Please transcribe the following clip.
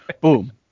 boom